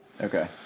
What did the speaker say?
Okay